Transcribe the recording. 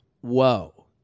whoa